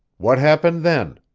what happened then?